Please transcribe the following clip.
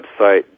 website